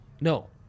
No